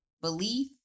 belief